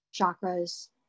chakras